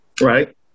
right